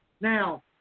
Now